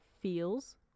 feels